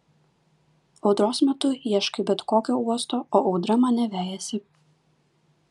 audros metu ieškai bet kokio uosto o audra mane vejasi